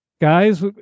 guys